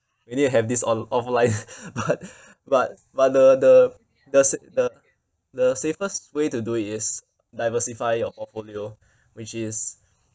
we need to have this on~ offline but but but the the the sa~ the the safest way to do is diversify your portfolio which is